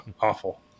awful